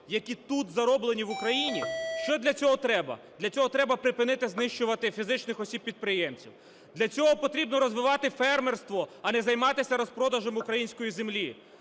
які тут зароблені, в Україні? Що для цього треба? Для цього потрібно припинити знищувати фізичних осіб-підприємців, для цього потрібно розвивати фермерство, а не займатися розпродажем української землі,